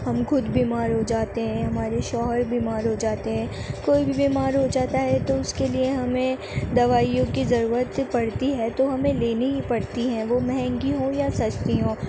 ہم خود بیمار ہو جاتے ہیں ہمارے شوہر بیمار ہو جاتے ہیں کوئی بھی بیمار ہو جاتا ہے تو اس کے لیے ہمیں دوائیوں کی ضرورت تو پڑتی ہے تو ہمیں لینی ہی پڑتی ہیں وہ مہنگی ہوں یا سستی ہوں